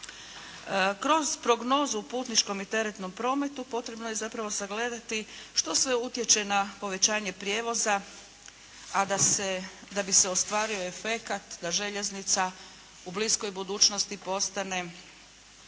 Kroz prognozu u putničkom i teretnom prometu potrebno je zapravo sagledati što sve utječe na povećanje prijevoza a da bi se ostvario efekat da željeznica u bliskoj budućnosti postane